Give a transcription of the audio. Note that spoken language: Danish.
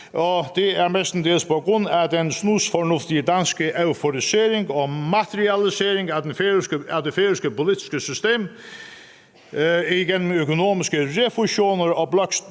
og det er mestendels på grund af den snusfornuftige danske euforisering og materialisering af det færøske politiske system igennem økonomiske refusioner og blokstøtten